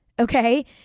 Okay